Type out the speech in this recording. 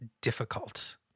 difficult